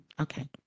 Okay